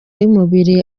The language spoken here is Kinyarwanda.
y’umubiri